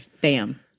Bam